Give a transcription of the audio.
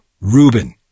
Ruben